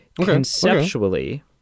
Conceptually